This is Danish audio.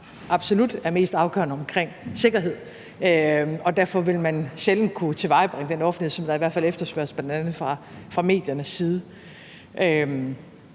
absolut er mest afgørende med sikkerheden, og derfor vil man sjældent kunne tilvejebringe den offentlighed, som der i hvert fald efterspørges fra bl.a. mediernes side.